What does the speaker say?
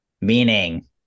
Meaning